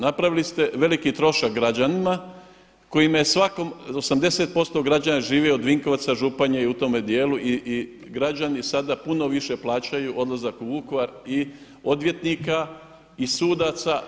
Napravili ste veliki trošak građanima kojima je 80% građana živi od Vinkovaca, Županije i u tome dijelu i građani sada puno više plaćaju odlazak u Vukovar i odvjetnika i sudaca.